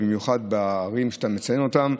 במיוחד בערים שאתה מציין אותן.